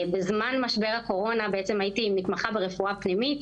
בזמן משבר הקורונה הייתי מתמחה ברפואה פנימית